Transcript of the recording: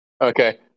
Okay